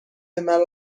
مرا